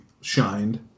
shined